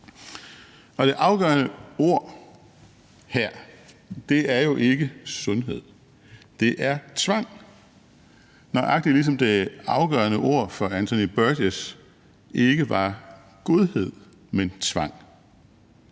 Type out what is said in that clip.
Og det afgørende ord her er jo ikke sundhed, men tvang, nøjagtig ligesom det afgørende ord for Anthony Burgess ikke var godhed, men tvang.